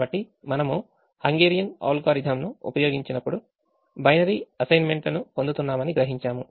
కాబట్టి మనము హంగేరియన్ అల్గోరిథంను ఉపయోగించినప్పుడు బైనరీఅసైన్మెంట్ లను పొందుతున్నామని గ్రహించాము